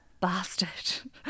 bastard